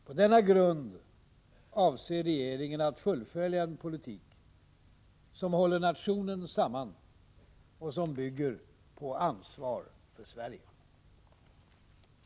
På denna grund avser regeringen att fullfölja en politik som håller nationen samman och som bygger på ansvar för Sverige. Riksdagen och finansmakten i ett historiskt perspektiv